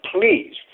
please